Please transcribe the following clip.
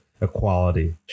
equality